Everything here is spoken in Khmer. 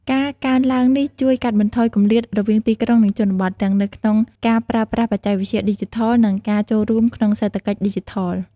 ការកើនឡើងនេះជួយកាត់បន្ថយគម្លាតរវាងទីក្រុង និងជនបទ ទាំងនៅក្នុងការប្រើប្រាស់បច្ចេកវិទ្យាឌីជីថល និងការចូលរួមក្នុងសេដ្ឋកិច្ចឌីជីថល។